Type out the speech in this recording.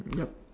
yup